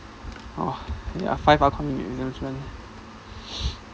!wah! ya five upcoming examinations